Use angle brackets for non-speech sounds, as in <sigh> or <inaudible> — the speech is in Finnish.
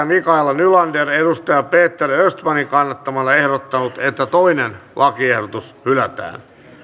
<unintelligible> mikaela nylander on peter östmanin kannattamana ehdottanut että toinen lakiehdotus hylätään